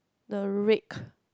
the rake